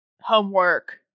homework